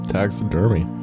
Taxidermy